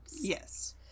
Yes